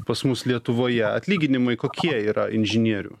pas mus lietuvoje atlyginimai kokie yra inžinierių